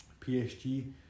PSG